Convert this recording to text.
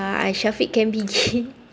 uh shafiq can we change